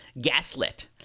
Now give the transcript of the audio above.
gaslit